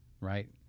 right